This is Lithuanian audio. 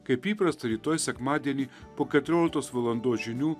kaip įprasta rytoj sekmadienį po keturioliktos valandos žinių